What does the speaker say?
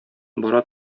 бара